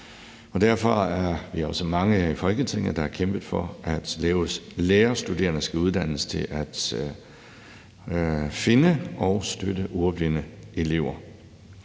Derfor er vi også mange her i Folketinget, der har kæmpet for, at lærerstuderende skal uddannes til at finde og støtte ordblinde elever.